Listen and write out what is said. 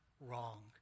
wrong